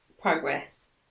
progress